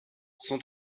son